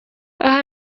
aha